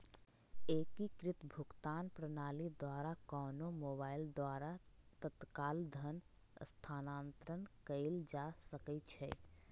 एकीकृत भुगतान प्रणाली द्वारा कोनो मोबाइल द्वारा तत्काल धन स्थानांतरण कएल जा सकैछइ